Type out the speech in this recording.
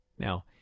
Now